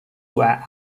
were